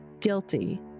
guilty